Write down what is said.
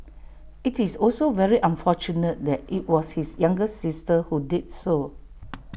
IT is also very unfortunate that IT was his younger sister who did so